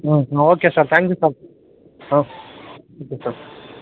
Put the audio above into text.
ಹ್ಞೂ okay sir thank you sir ಹಾಂ okay sir